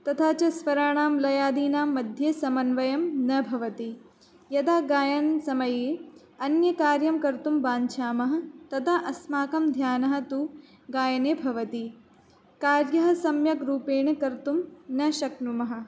तथा च स्वराणां लयादीनां मध्ये समन्वयः न भवति यदा गायनसमये अन्यकार्यं कर्तुं वाञ्छामः तदा अस्माकं ध्यानं तु गायने भवति कार्यं सम्यक् रूपेण कर्तुं न शक्नुमः